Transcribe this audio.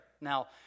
Now